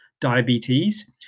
diabetes